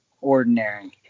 ordinary